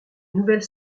nouvelle